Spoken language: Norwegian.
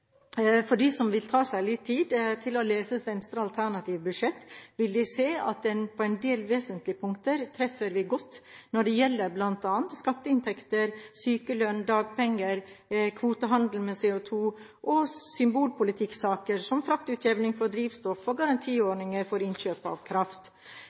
For dem som vil ta seg litt tid til å lese Venstres alternative budsjett, vil de se at på en del vesentlige punkter treffer vi godt, bl.a. når det gjelder skatteinntekter, sykelønn, dagpenger, kvotehandel med CO2 og symbolpolitikksaker som fraktutjevning for drivstoff og garantiordninger for innkjøp av kraft.